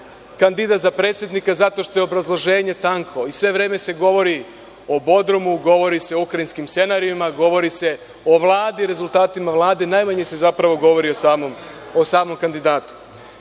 kandidat za predsednika, zato što je obrazloženje tanko i sve vreme se govori o Bodrumu, govori se o ukrajinskim scenarijima, govori se o Vladi i rezultatima Vlade, najmanje se zapravo govori o samom kandidatu. Što